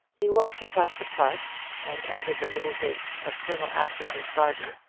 he walked across the park and entered the little gate of colonel askerton's garden,